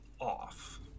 off